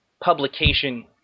publication